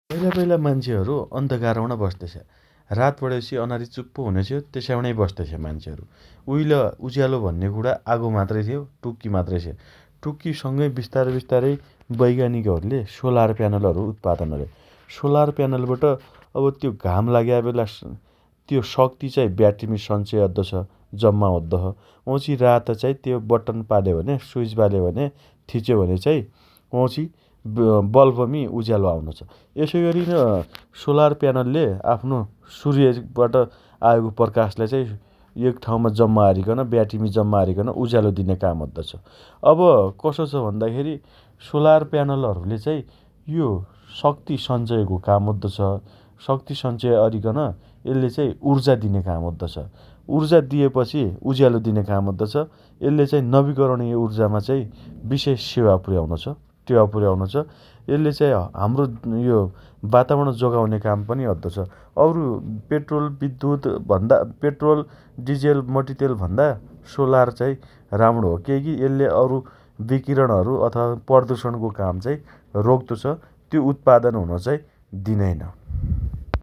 पैला पैला मान्छेहरु अन्धकारम्णा बस्तेछे । रात पणेपछि अनारी चप्प हुनो छ्यो । तेसाइम्णा बस्ते छे मान्छेहरु । उइल उज्याले भन्ने कुणा आगो मात्रै छ्यो । टुक्की मात्रै छ्यो । टुक्कीसँगै विस्तारै विस्तारै वैज्ञानिकहरुले सोलार प्यालनहरु उत्पादन अर्यो । सोलार प्यानलबाट त्यो घाम लाग्याबेला त्यो शक्ति चाइ ब्याट्रीमी सञ्चय अद्दो छ । जम्मा अद्दो छ । वाउँछि रात चाइ त्यो बट्टन बाल्यो भने स्वीच बाल्यो भने थिच्यो भने चाइ वाउँछि अँ बल्फमी उज्यालो आउनो छ । यसैगरिकन सोलार प्यानलले आफ्नो सूर्यबाट आएको प्रकाश चाइ एक ठाउँमा जम्मा अरिकन ब्याट्रमी अरिकन उज्यालो दिने काम अद्दो पड्डो छ । अब कसो छ भन्दाखेरी सोलार प्यानलहरुले चाइ यो शक्ति सञ्चयको काम अद्दो छ । शक्ति सञ्चय अरिकन एल्ले उर्जा दिने काम अद्दो छ । उर्जा दिएपछि उज्यालो दिने काम अद्दोछ । एल्ले नवीकरणीय उर्जामा चाइ विशेष सेवा पुर्याउनो छ । टेवा पुर्याउनोछ । एल्ले चाइ हाम् यो वातावरण जोगाउने काम पनि अद्दो छ । औरु पेट्रोल विद्युत भन्दा पेट्रोल डिजेल, मट्टितेलभन्दा सोलार चाइ राम्णो हो । केइकी एल्ले औरु विकीरण हरु अथवा प्रदुषणको काम चाइ रोक्तोछ । त्यो उत्पादन हुन चाइ दिनैनन् ।